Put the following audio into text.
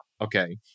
okay